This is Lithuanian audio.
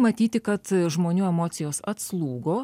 matyti kad žmonių emocijos atslūgo